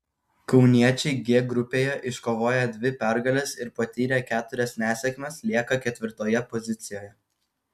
kauniečiai g grupėje iškovoję dvi pergales ir patyrę keturias nesėkmes lieka ketvirtoje pozicijoje